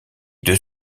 deux